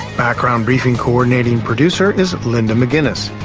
background briefing's coordinating producer is linda mcginness.